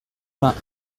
vingt